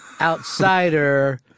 outsider